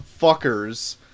fuckers